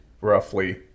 roughly